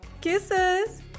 Kisses